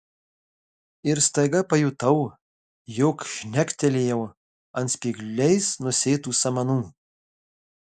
ir staiga pajutau jog žnektelėjau ant spygliais nusėtų samanų